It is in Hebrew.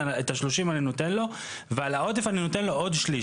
את ה-30% אני נותן לו ועל העודף אני נותן לו עוד שליש,